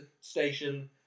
station